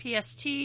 PST